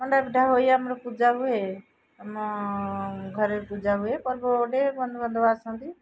ମଣ୍ଡା ପିଠା ହୋଇ ଆମର ପୂଜା ହୁଏ ଆମ ଘରେ ପୂଜା ହୁଏ ପର୍ବ ଗୋଟେ ବନ୍ଧୁବାନ୍ଧବ ଆସନ୍ତି